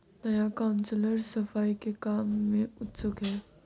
नया काउंसलर सफाई के काम में उत्सुक है